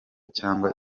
cyangwa